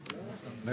11:35.